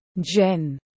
Jen